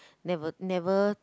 never never